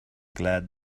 glad